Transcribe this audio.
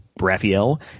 Raphael